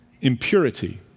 impurity